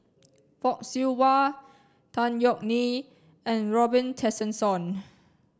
Fock Siew Wah Tan Yeok Nee and Robin Tessensohn